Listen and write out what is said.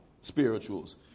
spirituals